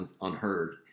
unheard